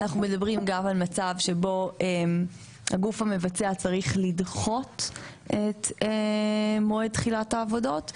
אנחנו מדברים על מצב שבו הגוף המבצע צריך לדחות את מועד תחילת העבודות,